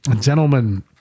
gentlemen